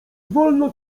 wolno